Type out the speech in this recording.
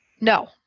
No